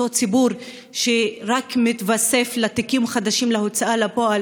אותו ציבור שרק מתווסף לתיקים חדשים להוצאה לפועל.